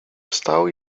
wstał